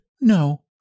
No